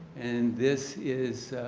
and this is